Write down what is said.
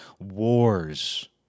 Wars